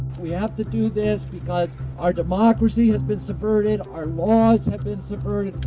we have to do this because our democracy has been subverted, our laws have been subverted.